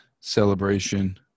celebration